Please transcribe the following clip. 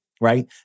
right